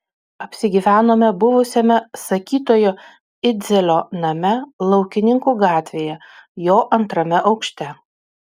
apsigyvenome buvusiame sakytojo idzelio name laukininkų gatvėje jo antrame aukšte